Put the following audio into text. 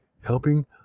helping